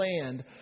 land